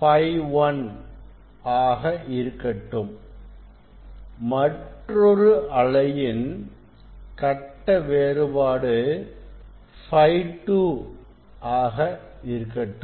Φ1 ஆக இருக்கட்டும் மற்றொரு அலையின் கட்ட வேறுபாடு Φ 2 ஆக இருக்கட்டும்